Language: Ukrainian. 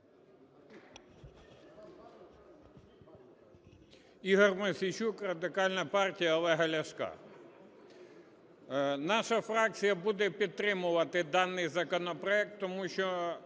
Ігор Мосійчук, Радикальна партія Олега Ляшка. Наша фракція буде підтримувати даний законопроект, тому що